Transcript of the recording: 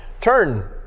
Turn